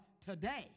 today